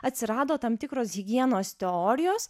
atsirado tam tikros higienos teorijos